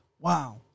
Wow